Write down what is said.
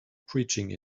preaching